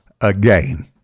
again